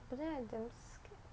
but then I damn scared